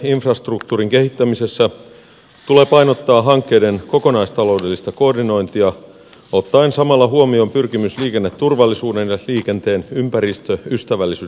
liikenneinfrastruktuurin kehittämisessä tulee painottaa hankkeiden kokonaistaloudellista koordinointia ottaen samalla huomioon pyrkimys liikenneturvallisuuden ja liikenteen ympäristöystävällisyyden parantamiseen